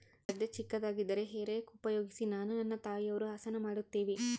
ಗದ್ದೆ ಚಿಕ್ಕದಾಗಿದ್ದರೆ hay rake ಉಪಯೋಗಿಸಿ ನಾನು ನನ್ನ ತಾಯಿಯವರು ಹಸನ ಮಾಡುತ್ತಿವಿ